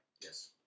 Yes